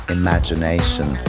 imagination